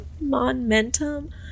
momentum